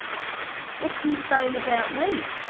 what's he saying about me?